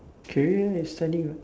career is studying